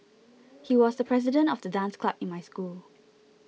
he was the president of the dance club in my school